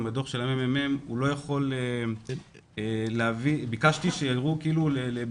גם לפי הדוח של מרכז המחקר והמידע - ביקשתי שיראו כמה מקרים